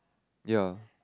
ya